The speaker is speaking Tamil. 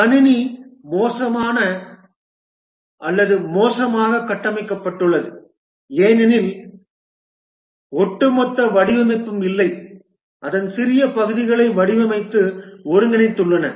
கணினி மோசமாக கட்டமைக்கப்பட்டுள்ளது ஏனெனில் ஒட்டுமொத்த வடிவமைப்பும் இல்லை அதன் சிறிய பகுதிகளை வடிவமைத்து ஒருங்கிணைத்துள்ளன